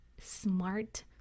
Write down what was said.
smart